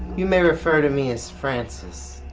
you may refer to me as francis.